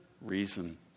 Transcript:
reason